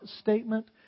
statement